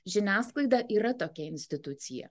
žiniasklaida yra tokia institucija